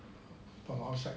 from outside